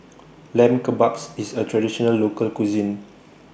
Lamb Kebabs IS A Traditional Local Cuisine